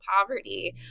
poverty